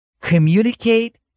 communicate